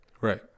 right